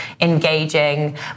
engaging